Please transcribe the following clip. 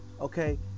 okay